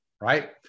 right